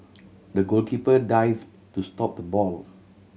the goalkeeper dived to stop the ball